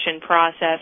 process